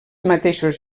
mateixos